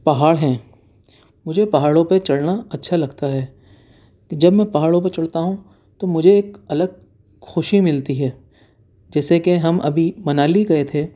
پہاڑ ہیں مجھے پہاڑوں پہ چڑھنا اچھا لگتا ہے جب میں پہاڑوں پہ چڑھتا ہوں تو مجھے ایک الگ خوشی ملتی ہے جیسے کہ ہم ابھی منالی گئے تھے